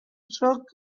talk